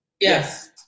Yes